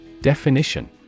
Definition